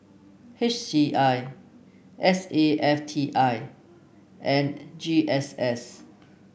H C I S A F T I and G S S